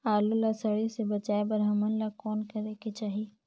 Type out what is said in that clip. आलू ला सड़े से बचाये बर हमन ला कौन करेके चाही?